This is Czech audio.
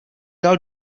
dal